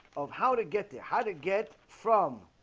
of how to get there how to get from?